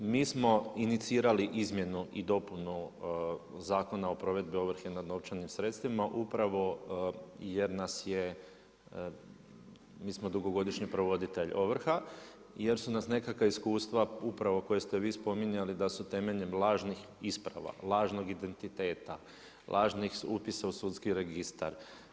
Mi smo inicirali izmjenu i dopunu Zakona o provedbi ovrhe na novčanim sredstvima upravo jer nas je, mi smo dugogodišnji provoditelj ovrha jer su nas nekakva iskustva upravo koja ste vi spominjali da su temeljem lažnih isprava, lažnog identiteta, lažnih upisa u sudski registar.